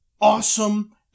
awesome